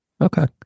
Okay